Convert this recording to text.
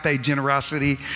generosity